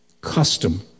custom